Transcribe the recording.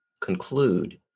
conclude